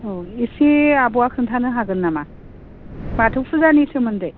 औ एसे आब'आ खोन्थानो हागोन नामा बाथौ फुजानि सोमोन्दै